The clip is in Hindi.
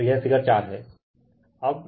तो यह फिगर 4 हैं